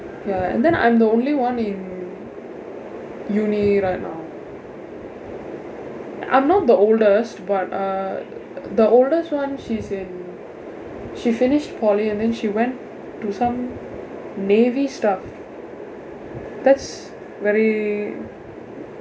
ya and then I'm the only one in uni right now I'm not the oldest but uh the oldest one she's in she finished poly and then she went to some navy stuff that's very